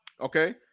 Okay